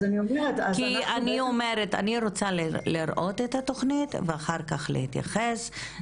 אני רוצה לראות את התוכנית ואחר כך להתייחס.